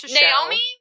Naomi